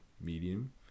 medium